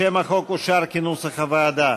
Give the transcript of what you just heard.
שם החוק אושר כנוסח הוועדה.